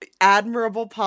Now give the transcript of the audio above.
admirable